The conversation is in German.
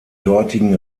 dortigen